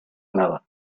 another